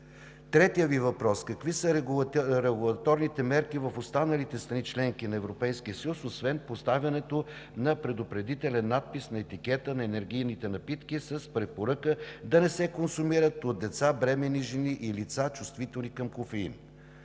Третият Ви въпрос: какви са регулаторните мерки в останалите страни – членки на Европейския съюз, освен поставянето на предупредителен надпис на етикета на енергийните напитки с препоръка да не се консумират от деца, бременни жени и лица, чувствителни към кофеин?